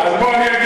אז בוא ואני אגיד,